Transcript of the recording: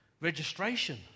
registration